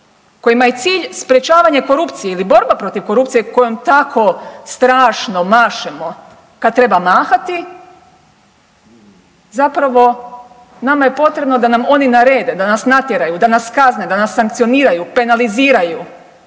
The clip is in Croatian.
kojima je cilj sprječavanje korupcije ili borba protiv korupcije kojom tako strašno mašemo kad treba mahati, zapravo nama je potrebno da nam oni narede, da nas natjeraju, da nas kazne, da nas sankcioniraju, penaliziraju,